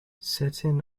setting